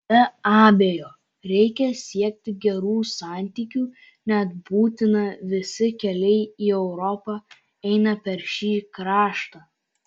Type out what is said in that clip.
be abejo reikia siekti gerų santykių net būtina visi keliai į europą eina per šį kraštą